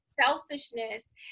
selfishness